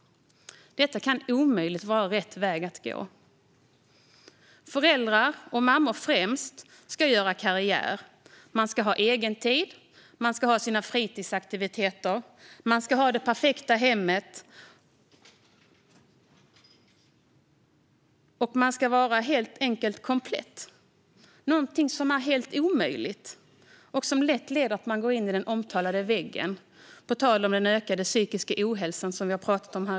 Detta kan omöjligen vara rätt väg att gå. Föräldrar, främst mammor, ska göra karriär, ha egentid och sina fritidsaktiviteter och ha det perfekta hemmet - man ska vara komplett, helt enkelt. Det är någonting som är helt omöjligt och som lätt leder till att man går in i den omtalade väggen - på tal om den ökade psykiska ohälsan.